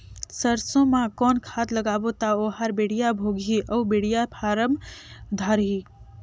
सरसो मा कौन खाद लगाबो ता ओहार बेडिया भोगही अउ बेडिया फारम धारही?